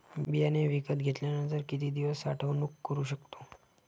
बियाणे विकत घेतल्यानंतर किती दिवस साठवणूक करू शकतो?